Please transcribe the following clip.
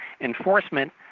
Enforcement